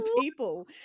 people